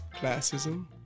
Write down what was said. classism